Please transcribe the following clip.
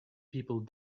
people